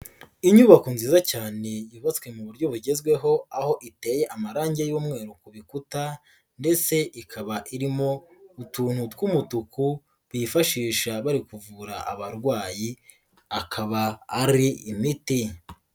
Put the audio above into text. Inyubako nziza cyane yubatswe mu buryo bugezweho aho iteye amarange y'umweru ku bikuta ndetse ikaba irimo utuntu tw'umutuku bifashisha bari kuvura abarwayi, akaba ari imiti.